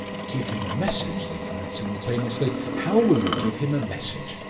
give him a message? they cried simultaneously. how will you give him a message?